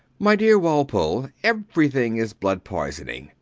my dear walpole, everything is blood-poisoning.